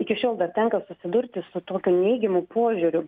iki šiol dar tenka susidurti su tokiu neigiamu požiūriu